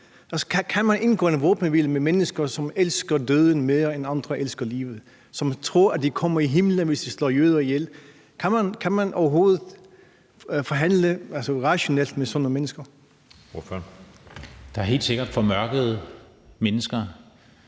Kan man indgå en våbenhvile med mennesker, som elsker døden mere, end andre elsker livet, og som tror, at de kommer i himlen, hvis de slår jøder ihjel? Kan man overhovedet forhandle rationelt med sådan nogle mennesker? Kl. 15:45 Anden næstformand (Jeppe